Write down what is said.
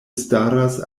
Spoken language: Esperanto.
staras